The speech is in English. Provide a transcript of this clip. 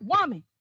woman